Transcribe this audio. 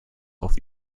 auf